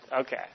Okay